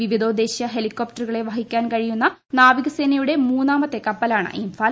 വിവിധോദ്ദേശൃ ഹെലികോപ്റ്ററുകളെ വഹിക്കാൻ കഴിയുന്ന നാവികസേനയുടെ മൂന്നാമത്തെ കപ്പലാണ് ഇംഫാൽ